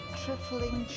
trifling